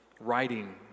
writing